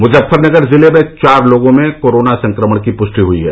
मुजफ्फरनगर जिले में चार लोगों में कोरोना संक्रमण की पृष्टि हुई है